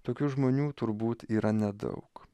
tokių žmonių turbūt yra nedaug